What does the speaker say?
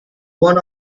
one